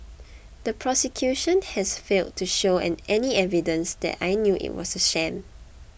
the prosecution has failed to show any any evidence that I knew it was a sham